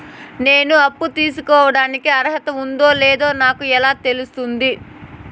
నేను అప్పు తీసుకోడానికి అర్హత ఉందో లేదో నాకు ఎలా తెలుస్తుంది?